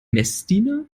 messdiener